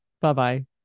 Bye-bye